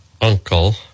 Uncle